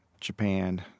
Japan